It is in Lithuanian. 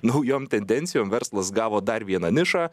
naujom tendencijom verslas gavo dar vieną nišą